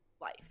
life